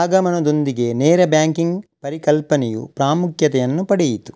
ಆಗಮನದೊಂದಿಗೆ ನೇರ ಬ್ಯಾಂಕಿನ ಪರಿಕಲ್ಪನೆಯು ಪ್ರಾಮುಖ್ಯತೆಯನ್ನು ಪಡೆಯಿತು